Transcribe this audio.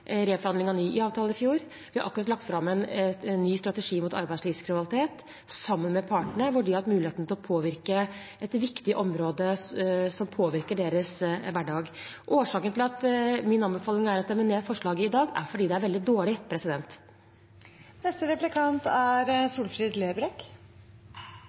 av ny IA-avtale i fjor. Vi har akkurat lagt fram en ny strategi mot arbeidslivskriminalitet sammen med partene, hvor de har hatt muligheten til å påvirke et viktig område som påvirker deres hverdag. Årsaken til at min anbefaling er å stemme ned forslaget i dag, er at det er veldig dårlig.